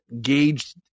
gauge